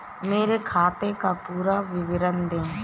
मेरे खाते का पुरा विवरण दे?